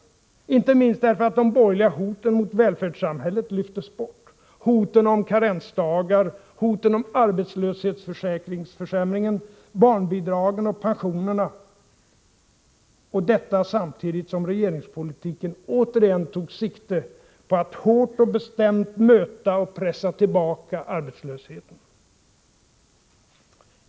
De gjorde det inte minst därför att de borgerliga hoten mot välfärdssamhället lyftes bort — hoten om karensdagar, hoten mot arbetslöshetsförsäkringen, barnbidragen och pensionerna — och detta samtidigt som regeringspolitiken återigen tog sikte på att hårt och bestämt möta och pressa tillbaka arbetslösheten.